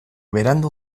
berandu